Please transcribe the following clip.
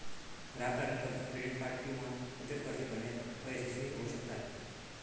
ग्राहक तारण कर्ज, क्रेडिट कार्ड किंवा इतर कर्जे भरण्यात अयशस्वी होऊ शकतात